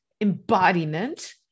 embodiment